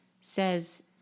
says